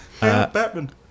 Batman